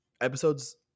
Episodes